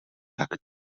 tak